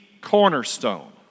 cornerstone